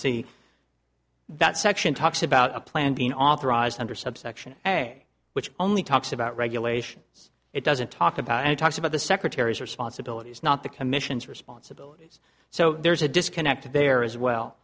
see that section talks about a plan being authorized under subsection a which only talks about regulation it doesn't talk about and it talks about the secretary's responsibilities not the commission's responsibilities so there's a disconnect there as well